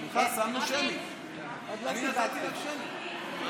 אני נתתי לך שמית.